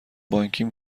بانکیم